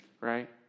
right